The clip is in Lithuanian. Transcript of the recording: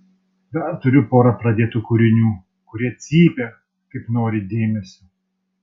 dar turiu porą pradėtų kūrinių kurie cypia kaip nori dėmesio